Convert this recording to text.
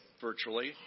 virtually